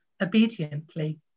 obediently